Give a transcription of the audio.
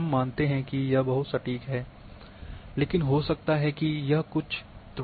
हम मानते हैं कि यह बहुत सटीक है लेकिन हो सकता है कि यह कुछ त्रुटियां हों